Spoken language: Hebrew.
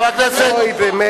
אוי באמת,